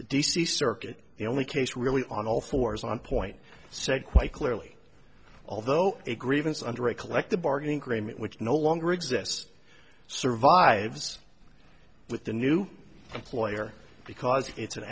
the d c circuit the only case really on all fours on point said quite clearly although a grievance under a collective bargaining agreement which no longer exists survives with the new employer because it's an